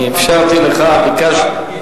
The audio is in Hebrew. אני אפשרתי לך, אם אפשר.